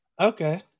Okay